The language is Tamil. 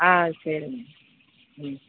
ஆ சரி ம்